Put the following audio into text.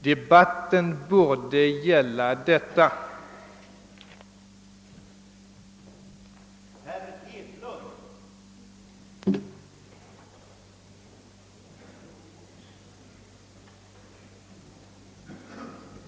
Debatten borde gälla den saken.